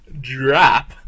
drop